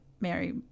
Mary